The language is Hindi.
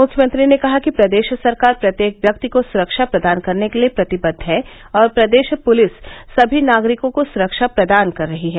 मुख्यमंत्री ने कहा कि प्रदेश सरकार प्रत्येक व्यक्ति को सुरक्षा प्रदान करने के लिए प्रतिबद्व है और प्रदेश पुलिस समी नागरिकों को सुरक्षा प्रदान कर रही है